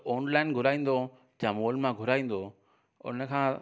त ऑनलाइन घुराईंदो जा मॉल मां घुराईंदो उनखां